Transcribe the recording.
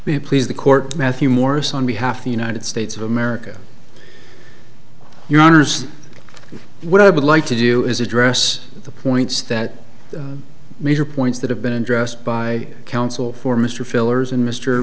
we please the court matthew morris on behalf of the united states of america your honour's what i would like to do is address the points that the major points that have been addressed by counsel for mr fillers and mr